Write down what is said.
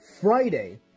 Friday